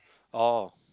oh